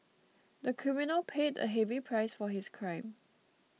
the criminal paid a heavy price for his crime